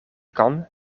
kan